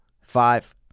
five